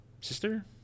sister